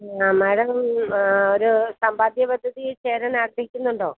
ആ മാഡം ഒരു സമ്പാദ്യ പദ്ധതിയിൽ ചേരാൻ ആഗ്രഹിക്കുന്നുണ്ടോ